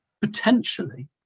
potentially